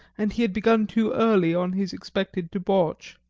and he had begun too early on his expected debauch.